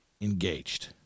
engaged